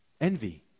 Envy